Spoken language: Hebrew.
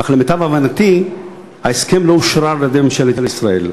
אך למיטב הבנתי ההסכם לא אושרר על-ידי ממשלת ישראל.